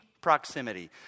proximity